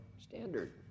standard